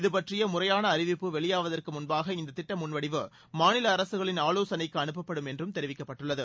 இதுபற்றிய முறையான அறிவிப்பு வெளியாவதற்கு முன்பாக இந்த திட்ட முன்வடிவு மாநில அரசுகளின் ஆலோசனைக்கு அனுப்பப்படும் என்றும் தெரிவிக்கப்பட்டுள்ளது